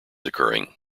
occurring